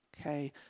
Okay